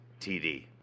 TD